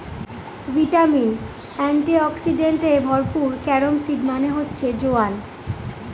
vitamin, antioxidants এ ভরপুর carom seed মানে হচ্ছে জোয়ান